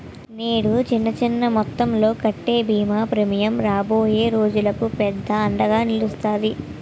నేడు చిన్న చిన్న మొత్తంలో కట్టే బీమా ప్రీమియం రాబోయే రోజులకు పెద్ద అండగా నిలుస్తాది